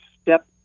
step